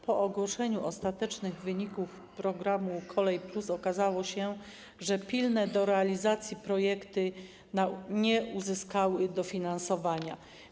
Po ogłoszeniu ostatecznych wyników programu ˝Kolej+˝ okazało się, że pilne do realizacji projekty nie uzyskały dofinansowania.